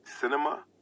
Cinema